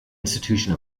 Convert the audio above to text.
institution